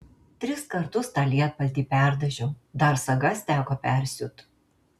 tris kartus tą lietpaltį perdažiau dar sagas teko persiūt